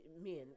men